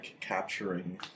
capturing